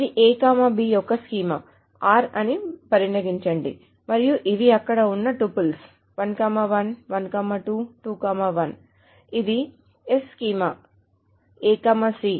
ఇది A B యొక్క schema r అని పరిగణించండి మరియు ఇవి అక్కడ ఉన్న టపుల్స్ 1 1 1 2 2 1 ఇది s స్కీమా A C ఉంది మరియు 1 2 2 3